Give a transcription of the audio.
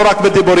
לא רק בדיבורים,